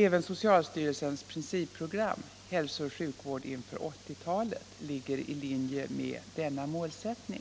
Även socialstyrelsens principprogram, Hälsooch sjukvård inför 80-talet, ligger i linje med denna målsättning.